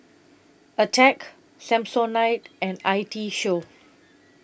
Attack Samsonite and I T Show